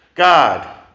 God